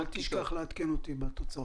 אל תשכח לעדכן אותי בתוצאות.